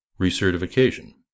Recertification